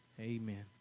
Amen